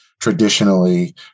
Traditionally